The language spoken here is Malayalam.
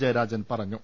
ജയരാജൻ പറഞ്ഞു